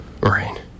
Right